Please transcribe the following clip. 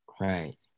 Right